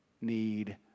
need